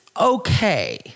Okay